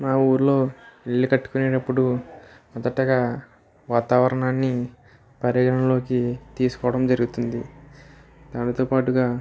మా ఊళ్ళో ఇల్లు కట్టుకునేటప్పుడు మొదటగా వాతావరణాన్ని పరిగణలోకి తీసుకోవడం జరుగుతుంది దానితోపాటుగా